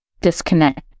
disconnect